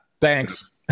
thanks